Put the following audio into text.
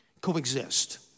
coexist